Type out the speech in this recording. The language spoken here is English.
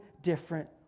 different